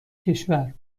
کشور